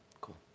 Cool